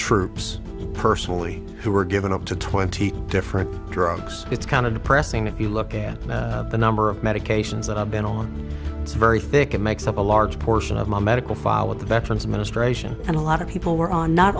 troops personally who were given up to twenty different drugs it's kind of depressing if you look at the number of medications that i've been on it's very thick it makes up a large portion of my medical file with the veterans administration and a lot of people were on not